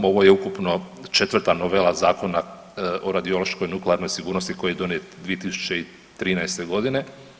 Ovo je ukupno 4 novela Zakona o radiološkoj nuklearnoj sigurnosti koji je donijet 2013. godine.